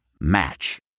Match